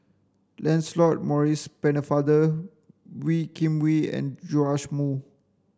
Lancelot Maurice Pennefather Wee Kim Wee and Joash Moo